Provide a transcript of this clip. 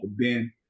Ben